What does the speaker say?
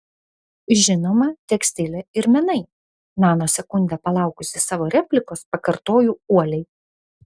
žinoma tekstilė ir menai nanosekundę palaukusi savo replikos pakartoju uoliai